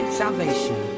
salvation